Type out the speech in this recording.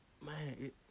Man